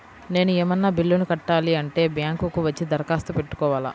నేను ఏమన్నా బిల్లును కట్టాలి అంటే బ్యాంకు కు వచ్చి దరఖాస్తు పెట్టుకోవాలా?